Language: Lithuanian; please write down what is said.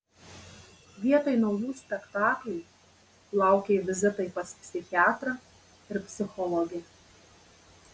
vietoj naujų spektaklių laukė vizitai pas psichiatrą ir psichologę